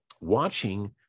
watching